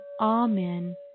Amen